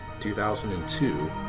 2002